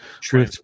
True